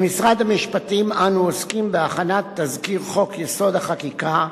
במשרד המשפטים אנו עוסקים בהכנת תזכיר חוק-יסוד: החקיקה,